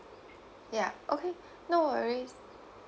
yeah okay no worries